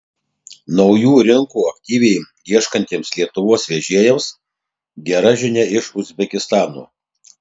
naujų rinkų aktyviai ieškantiems lietuvos vežėjams gera žinia iš uzbekistano